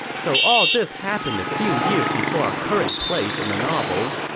so all this happened a few years before our current place in the novel.